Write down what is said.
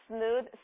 Smooth